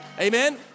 Amen